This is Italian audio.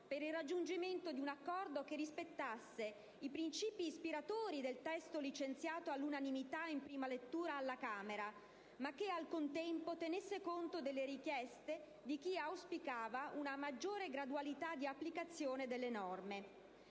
per il raggiungimento di un accordo che rispettasse i principi ispiratori del testo licenziato all'unanimità in prima lettura alla Camera, ma che al contempo tenesse conto delle richieste di chi auspicava una maggiore gradualità di applicazione delle norme.